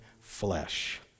flesh